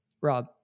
Rob